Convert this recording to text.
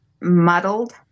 muddled